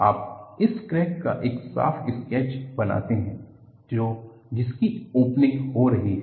आप इस क्रैक का एक साफ स्केच बनाते हैं जो जिसकी ओपनिंग हो रही है